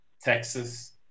Texas